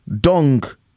Dong